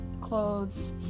clothes